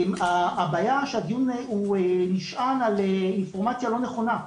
הבעיה שהדיון הוא נשען על אינפורמציה לא נכונה.